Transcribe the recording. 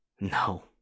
No